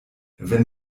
wenn